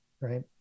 right